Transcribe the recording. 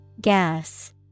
Gas